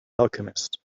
alchemist